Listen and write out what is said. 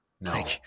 no